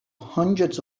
hundreds